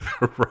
right